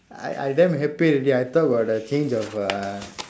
I I damn happy already I thought got a change of uh